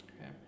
okay